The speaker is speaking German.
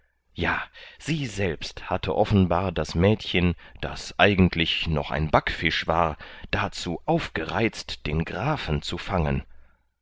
dummheit ja sie selbst hatte offenbar das mädchen das eigentlich noch ein backfisch war dazu aufgereizt den grafen zu fangen